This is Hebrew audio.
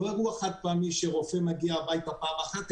לא אירוע חד פעמי כמו רופא שמגיע הביתה פעם אחת,